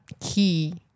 key